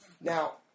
now